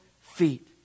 feet